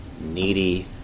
needy